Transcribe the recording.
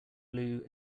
blue